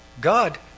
God